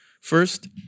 first